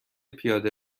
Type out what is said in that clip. پیاده